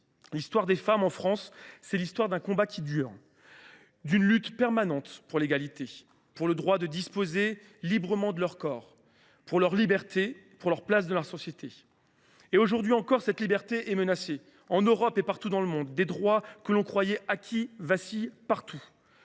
L’histoire des femmes en France, c’est l’histoire d’un combat qui dure ; l’histoire d’une lutte permanente pour l’égalité, pour le droit de disposer librement de son corps, pour la liberté des femmes et leur place dans la société. Aujourd’hui encore, cette liberté est menacée. En Europe comme ailleurs dans le monde, des droits que l’on croyait acquis vacillent. Nous